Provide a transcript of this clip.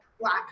black